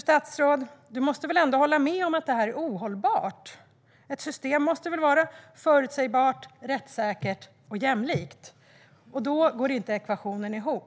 Statsrådet måste väl ändå hålla med om att detta är ohållbart. Ett system måste väl vara förutsägbart, rättssäkert och jämlikt. Ekvationen går inte ihop.